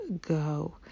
go